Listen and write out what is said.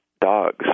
dogs